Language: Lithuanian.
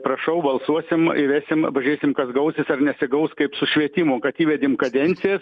prašau balsuosim įvesim pažiūrėsim kas gausis ar nesigaus kaip su švietimu kad įvedėm kadencijas